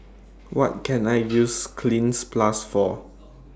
What Can I use Cleanz Plus For